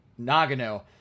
Nagano